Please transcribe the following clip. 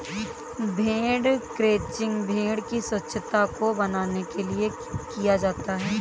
भेड़ क्रंचिंग भेड़ की स्वच्छता को बनाने के लिए किया जाता है